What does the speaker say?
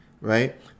right